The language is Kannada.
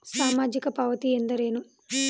ಸಾಮಾಜಿಕ ಪಾವತಿ ಎಂದರೇನು?